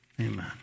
amen